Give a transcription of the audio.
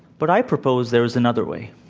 but i propose there is another way.